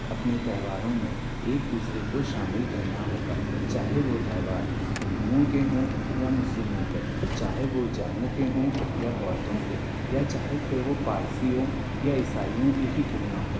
अपने त्यौहारों में एक दूसरे को शामिल करना होगा चाहे वो त्यौहार हिंदुओं के हों या मुस्लिमों के चाहे वो जैनों के हों या बौध्धों के या चाहे फिर वो पार्सियों या इसाइयों के ही क्यों ना हों